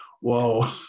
whoa